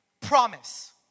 Promise